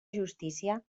justícia